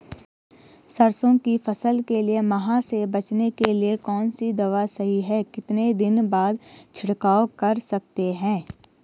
सरसों की फसल के लिए माह से बचने के लिए कौन सी दवा सही है कितने दिन बाद छिड़काव कर सकते हैं?